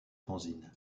fanzines